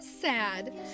sad